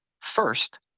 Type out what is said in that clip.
First